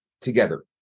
together